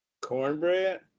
Cornbread